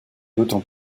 d’autant